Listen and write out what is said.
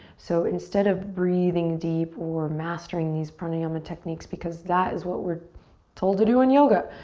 so instead of breathing deep or mastering these pranayama techniques, because that is what we're told to do in yoga,